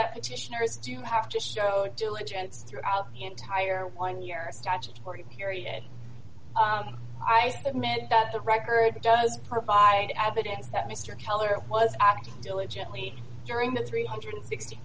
that petitioners do have to show diligence throughout the entire one year statutory period i admit that the record does provide evidence that mr keller was acting diligently during the three hundred and sixty